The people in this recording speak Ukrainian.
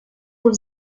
був